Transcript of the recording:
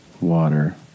water